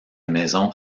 maison